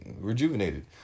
rejuvenated